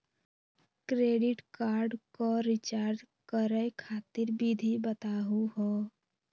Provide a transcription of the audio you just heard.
Credit card क recharge करै खातिर विधि बताहु हो?